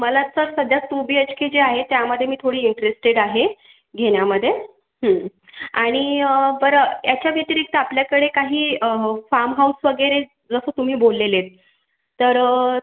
मला तर सध्या टू बी एच के जे आहे त्यामध्ये मी थोडी इंट्रेस्टेड आहे घेण्यामध्ये आणि बरं याच्या व्यतिरिक्त आपल्याकडे काही फार्म हाऊस वगैरे जसं तुम्ही बोललेलात तर